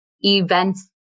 events